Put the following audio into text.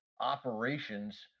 operations